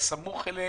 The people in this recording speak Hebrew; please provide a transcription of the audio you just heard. הסמוך אליהם.